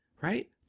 right